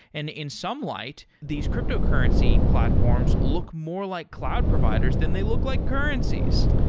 and in some light, these cryptocurrency platforms look more like cloud providers than they look like currencies.